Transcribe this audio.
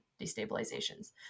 destabilizations